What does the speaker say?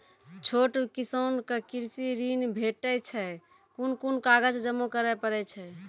छोट किसानक कृषि ॠण भेटै छै? कून कून कागज जमा करे पड़े छै?